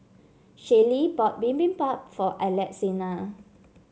Shaylee bought Bibimbap for Alexina